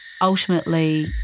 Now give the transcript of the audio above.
Ultimately